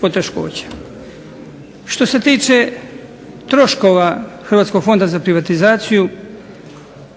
poteškoća. Što se tiče troškova Hrvatskog fonda za privatizaciju